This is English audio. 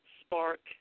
spark